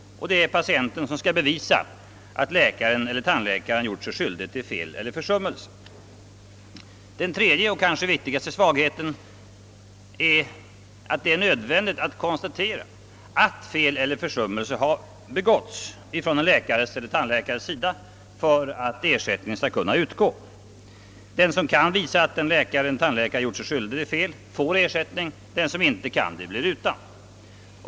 Och det är patienten som skall bevisa att det är läkaren eller tandläkaren som gjort sig skyldig till fel eller försummelse. Den tredje och kanske viktigaste svagheten är att det är nödvändigt att konstatera att fel eller försummelse begåtts av läkare eller tandläkare för att ersättning skall kunna utgå. Den som kan visa att en läkare eller en tandläkare gjort sig skyldig till fel får ersättning, den som inte kan det blir utan.